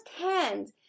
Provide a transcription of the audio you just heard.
firsthand